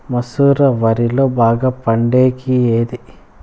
మసూర వరిలో బాగా పండేకి ఏది?